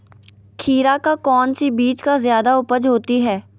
खीरा का कौन सी बीज का जयादा उपज होती है?